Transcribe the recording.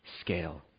scale